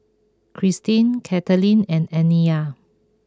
Christine Kathaleen and Aniya